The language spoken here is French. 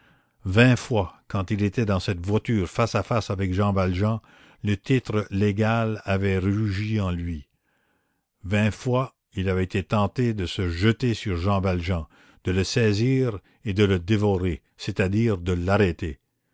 vingt fois quand il était dans cette voiture face à face avec jean valjean le titre légal avait rugi en lui vingt fois il avait été tenté de se jeter sur jean valjean de le saisir et de le dévorer c'est-à-dire de l'arrêter